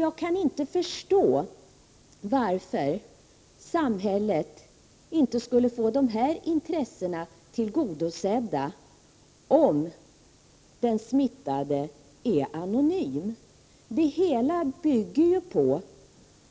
Jag kan inte förstå varför samhället inte skulle få dessa intressen tillgodosedda om den smittade är anonym. Det hela bygger på